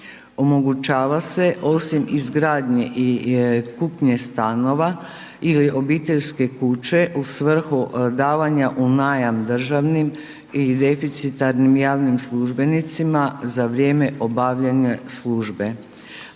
Omogućava se osim izgradnje i kupnje stanove ili obiteljske kuće u svrhu davanja u najam državnim i deficitarnim javnim službenicima za vrijeme obavljanja službe.